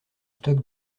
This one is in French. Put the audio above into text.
stock